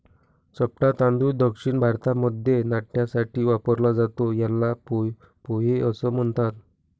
चपटा तांदूळ दक्षिण भारतामध्ये नाष्ट्यासाठी वापरला जातो, याला पोहे असं म्हणतात